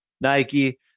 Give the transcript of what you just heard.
Nike